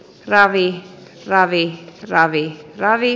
ravi kc ravi kc ravi kc ravi